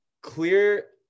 clear